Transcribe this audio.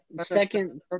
second